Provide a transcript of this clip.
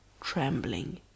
trembling